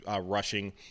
rushing